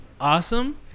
awesome